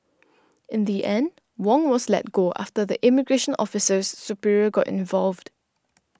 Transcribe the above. in the end Wong was let go after the immigration officer's superior got involved